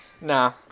Nah